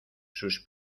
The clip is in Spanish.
sus